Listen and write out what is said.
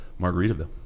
Margaritaville